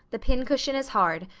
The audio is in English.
the pincushion as hard,